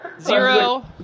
Zero